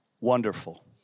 wonderful